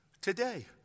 Today